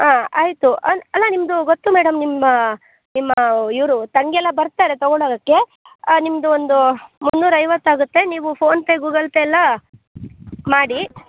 ಹಾಂ ಆಯಿತು ಅಲ್ಲ ನಿಮ್ಮದು ಗೊತ್ತು ಮೇಡಮ್ ನಿಮ್ಮ ನಿಮ್ಮ ಇವರು ತಂಗಿ ಎಲ್ಲ ಬರ್ತಾರೆ ತಗೊಂಡು ಹೋಗಕ್ಕೆ ನಿಮ್ದು ಒಂದು ಮುನ್ನೂರ ಐವತ್ತು ಆಗುತ್ತೆ ನೀವು ಫೋನ್ಪೇ ಗೂಗಲ್ ಪೇ ಎಲ್ಲ ಮಾಡಿ